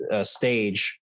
stage